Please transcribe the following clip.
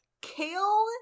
kale